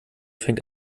fängt